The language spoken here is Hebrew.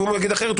ואם הוא יגיד אחרת,